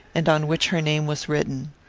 and on which her name was written.